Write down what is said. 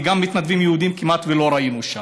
כי גם מתנדבים יהודים כמעט ולא ראינו שם.